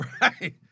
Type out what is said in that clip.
Right